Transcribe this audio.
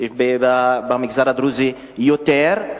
במגזר הדרוזי יותר,